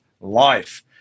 life